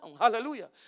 Hallelujah